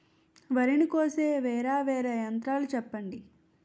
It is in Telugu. వరి ని కోసే వేరా వేరా యంత్రాలు చెప్పండి?